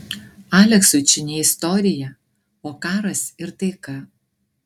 aleksui čia ne istorija o karas ir taika